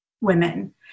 women